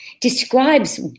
describes